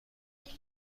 طول